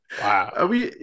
Wow